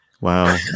Wow